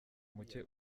muke